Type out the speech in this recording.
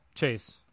Chase